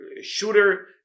shooter